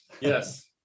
Yes